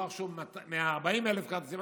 לא רכשו 140,000 כרטיסים,